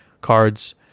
cards